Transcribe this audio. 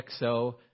XO